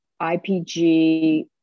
ipg